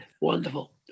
Wonderful